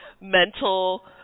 mental